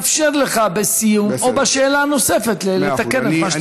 ולכן אני אאפשר לך בסיום או בשאלה הנוספת לתקן את מה שאתה רוצה.